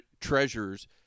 Treasures